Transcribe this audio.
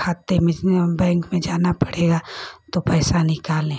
खाते में बैंक में जाना पड़ेगा तो पैसा निकालें